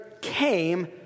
came